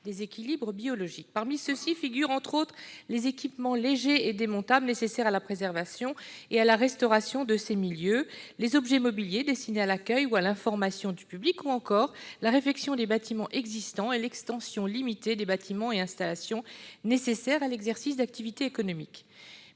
des équilibres biologiques. Parmi ces aménagements figurent, entre autres, les équipements légers et démontables nécessaires à la préservation et à la restauration de ces milieux, les objets mobiliers destinés à l'accueil ou à l'information du public, ou encore la réfection des bâtiments existants et l'extension limitée des bâtiments et installations nécessaires à l'exercice d'activités économiques.